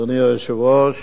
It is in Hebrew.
אדוני היושב-ראש,